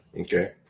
Okay